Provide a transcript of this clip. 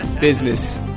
business